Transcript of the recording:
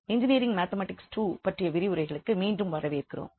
engineering mathematics II பற்றிய விரிவுரைகளுக்கு மீண்டும் வரவேற்கிறோம்